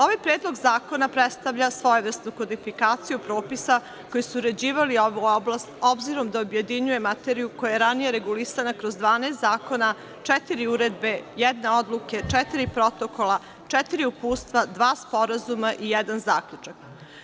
Ovaj Predlog zakona predstavlja svojevrsnu kodifikaciju propisa koji su uređivali ovu oblast, obzirom da objedinjuje materiju koja je ranije regulisana kroz 12 zakona, četiri uredbe, jednu odluku, četiri protokola, četiri uputstva, dva sporazuma i jedan zaključak.